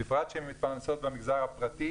בפרט שהן מתפרנסות במגזר הפרטי,